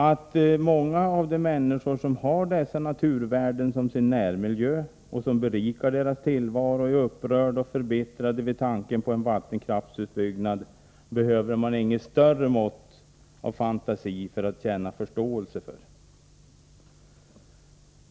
Att många av de människor som har dessa naturvärden i sin närmiljö, vilken berikar deras tillvaro, är upprörda och förbittrade vid tanken på en vattenkraftsutbyggnad behöver man ingen större fantasi för att förstå.